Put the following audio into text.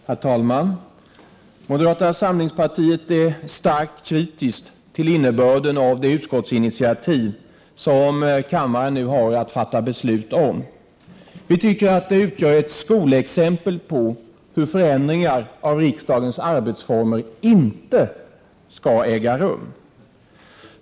Herr talman! Moderata samlingspartiet är starkt kritiskt till innebörden i det utskottsinitiativ som kammaren nu har att fatta beslut om. Vi moderater tycker att det utgör ett skolexempel på hur förändringar av riksdagens arbetsformer inte skall äga rum.